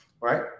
right